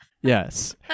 yes